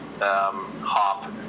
hop